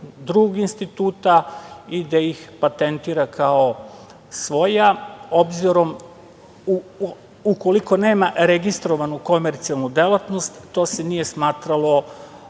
drugih instituta i da ih patentira kao svoja. Ukoliko nema registrovanu komercijalnu delatnost, to se nije smatralo